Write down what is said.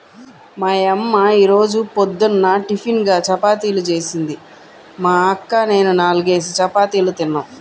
మా యమ్మ యీ రోజు పొద్దున్న టిపిన్గా చపాతీలు జేసింది, మా అక్క నేనూ నాల్గేసి చపాతీలు తిన్నాం